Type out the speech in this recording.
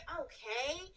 okay